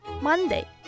Monday